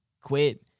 quit